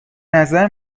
نظر